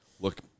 look